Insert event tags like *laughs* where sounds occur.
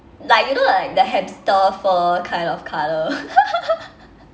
like you know like the hamster fur kind of colour *laughs*